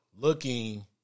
looking